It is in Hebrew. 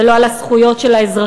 ולא על הזכויות של האזרחים,